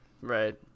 right